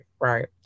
right